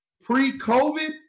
Pre-COVID